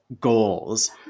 goals